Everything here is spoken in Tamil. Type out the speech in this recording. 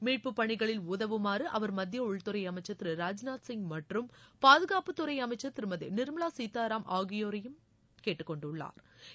மீட்பு பணிகளில் உதவுமாறு அவர் மத்திய உள்துறை அமைச்சர் திரு ராஜ்நாத்சிய் மற்றும் பாதுகாப்புத்துறை அமைச்ச் திருமதி நிா்மலா சீதாராம் ஆகியோரை கேட்டுக்கொண்டுள்ளாா்